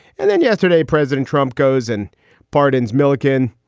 and then yesterday, president trump goes and pardons millican,